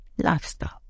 lifestyle